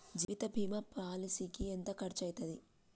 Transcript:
జీవిత బీమా పాలసీకి ఎంత ఖర్చయితది?